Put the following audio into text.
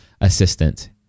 assistant